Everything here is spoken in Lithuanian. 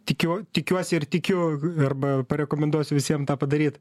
tikiu tikiuosi ir tikiu arba parekomenduosiu visiem tą padaryt